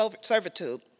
servitude